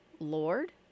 Lord